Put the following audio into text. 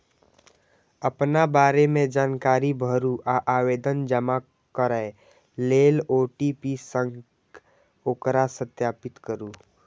अपना बारे मे जानकारी भरू आ आवेदन जमा करै लेल ओ.टी.पी सं ओकरा सत्यापित करू